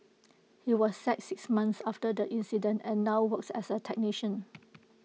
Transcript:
he was sacked six months after the incident and now works as A technician